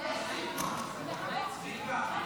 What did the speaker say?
1